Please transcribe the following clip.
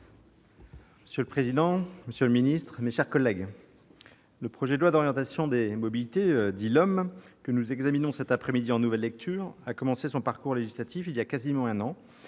Monsieur le président, monsieur le secrétaire d'État, mes chers collègues, le projet de loi d'orientation des mobilités que nous examinons cet après-midi en nouvelle lecture a commencé son parcours législatif il y a quasiment un an,